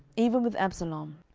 even with absalom.